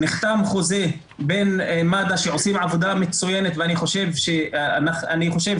נחתם חוזה בין מד"א שעושים עבודה מצוינת ואני חושב